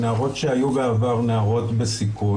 נערות שהיו בעבר נערות בסיכון,